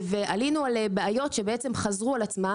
עלינו על בעיות שחזרו על עצמן,